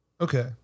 Okay